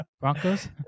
Broncos